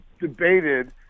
debated